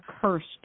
cursed